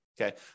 okay